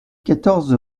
quatorze